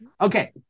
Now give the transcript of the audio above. Okay